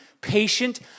patient